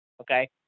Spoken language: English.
okay